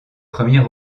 premiers